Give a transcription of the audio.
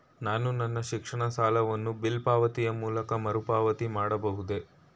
ನಾನು ನನ್ನ ಶಿಕ್ಷಣ ಸಾಲವನ್ನು ಬಿಲ್ ಪಾವತಿಯ ಮೂಲಕ ಮರುಪಾವತಿ ಮಾಡಬಹುದೇ?